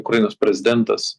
ukrainos prezidentas